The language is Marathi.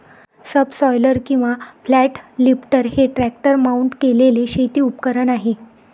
सबसॉयलर किंवा फ्लॅट लिफ्टर हे ट्रॅक्टर माउंट केलेले शेती उपकरण आहे